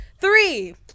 three